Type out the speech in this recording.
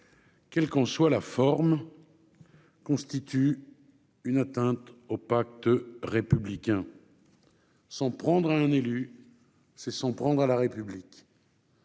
quelle qu'en soit la forme, constitue également une atteinte au pacte républicain. S'en prendre à un élu, c'est s'en prendre à la République.